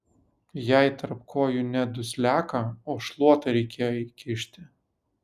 jai tarp kojų ne dusliaką o šluotą reikėjo įkišti